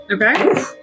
Okay